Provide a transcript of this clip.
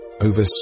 Over